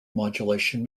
modulation